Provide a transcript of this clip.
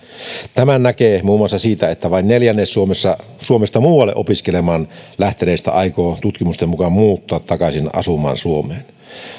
tämän näkee muun muassa siitä että vain neljännes suomesta muualle opiskelemaan lähteneistä aikoo tutkimusten mukaan muuttaa takaisin asumaan suomeen